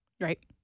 Right